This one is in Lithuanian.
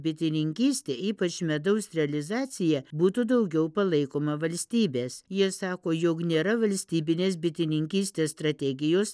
bitininkystė ypač medaus realizacija būtų daugiau palaikoma valstybės jie sako jog nėra valstybinės bitininkystės strategijos